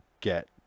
Get